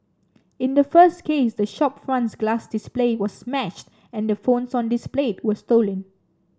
in the first case the shop front's glass display was smashed and the phones on displayed were stolen